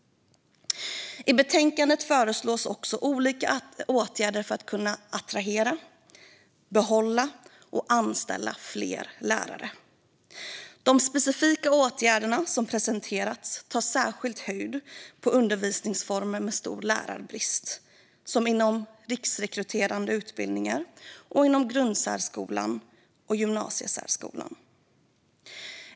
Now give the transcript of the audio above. I betänkandet föreslås också olika åtgärder för att kunna attrahera, behålla och anställa fler lärare. De specifika åtgärder som presenteras tar särskilt sikte på undervisningsformer med stor lärarbrist, bland annat inom riksrekryterande utbildningar och inom grundsärskolan och gymnasiesärskolan.